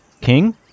King